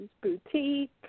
boutique